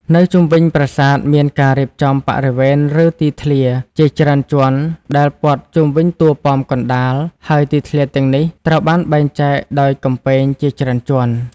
នៅជុំវិញប្រាសាទមានការរៀបចំ បរិវេណ ឬទីធ្លា ជាច្រើនជាន់ដែលព័ទ្ធជុំវិញតួប៉មកណ្តាល ហើយទីធ្លាទាំងនេះត្រូវបានបែងចែកដោយ កំពែង ជាច្រើនជាន់។